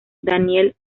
daniel